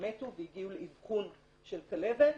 שמתו והגיעו לאבחון של כלבת.